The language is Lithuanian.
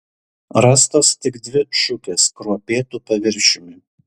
rastos tik dvi šukės kruopėtu paviršiumi